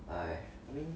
I mean